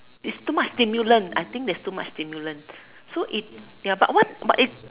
it's too much stimulant I think there's too much stimulant so if but what if